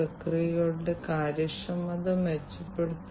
തുടർന്ന് രോഗിയുടെ ആരോഗ്യം ഒന്ന് നിരീക്ഷിക്കുക